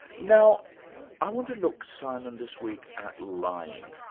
now i want to look, simon, this week at lying.